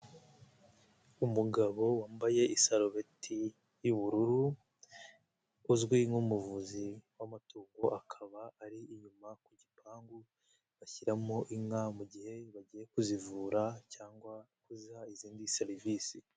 Umugabo wambaye isarubeti y'ubururu, uzwi nk'umuvuzi w'amatungo, akaba ari inyuma ku gipangu bashyiramo inka mu gihe bagiye kuzivura cyangwa kuziha izindi serivisi.